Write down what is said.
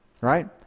Right